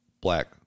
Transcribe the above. black